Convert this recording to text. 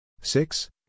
Six